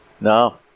No